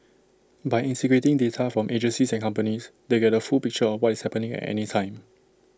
by integrating data from agencies and companies they get A full picture of what is happening at any time